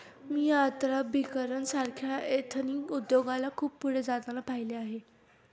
मी यात्राभिकरण सारख्या एथनिक उद्योगाला खूप पुढे जाताना पाहिले आहे